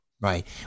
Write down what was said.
Right